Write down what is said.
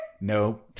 No